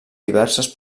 diverses